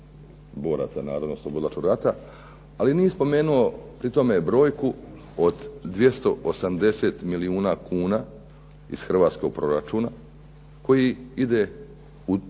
boraca Narodnooslobodilačkog rata ali nije spomenuo pri tome brojku od 280 milijuna kuna iz hrvatskog proračuna koji ide za